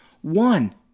One